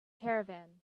caravan